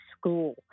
school